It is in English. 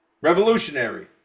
revolutionary